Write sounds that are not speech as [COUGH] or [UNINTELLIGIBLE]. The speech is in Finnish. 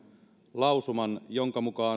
lausuman jonka mukaan [UNINTELLIGIBLE]